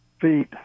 feet